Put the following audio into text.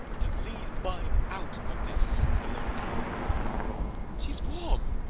and lead mine out of this sensible hell she s warm,